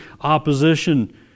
opposition